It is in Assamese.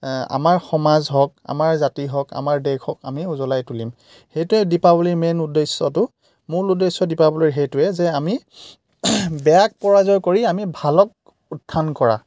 আমাৰ সমাজ হওক আমাৰ জাতি হওক আমাৰ দেশ হওক আমি উজলাই তুলিম সেইটোৱেই দীপাৱলীৰ মেইন উদ্দেশ্যটো মূল উদ্দেশ্য দীপাৱলীৰ সেইটোৱেই যে আমি বেয়াক পৰাজয় কৰি আমি ভালক উত্থান কৰা